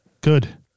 Good